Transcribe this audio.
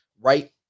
right